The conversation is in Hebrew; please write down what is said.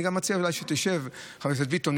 אני גם מציע שאולי תשב, חבר הכנסת ביטון.